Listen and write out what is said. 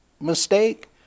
mistake